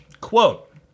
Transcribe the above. Quote